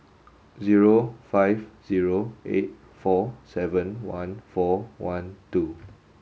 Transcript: zero five zero eight four seven one four one two